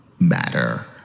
matter